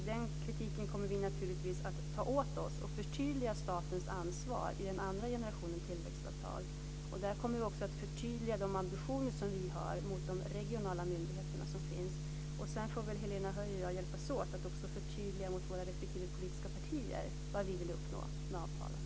Den kritiken kommer vi naturligtvis att ta till oss, och förtydliga statens ansvar i den andra generationens tillväxtavtal. Där kommer vi också att förtydliga de ambitioner som vi har mot de regionala myndigheterna. Sedan får väl Helena Höij och jag hjälpas åt med att också förtydliga gentemot våra politiska partier vad vi vill uppnå med avtalen.